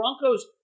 Broncos